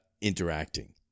interacting